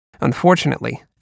Unfortunately